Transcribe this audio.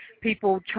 people